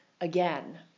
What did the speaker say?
again